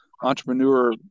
entrepreneur